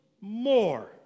more